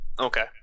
Okay